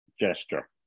gesture